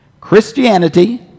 Christianity